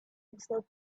himself